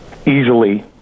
easily